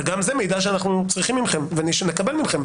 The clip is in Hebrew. זה גם מידע שאנחנו צריכים מכם ושנקבל מכם,